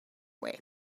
way